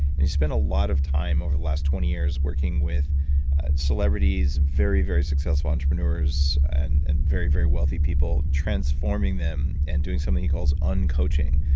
and he's spent a lot of time over the last twenty years working with celebrities very, very successful entrepreneurs, and and very, very wealthy people, transforming them and doing something he calls un-coaching,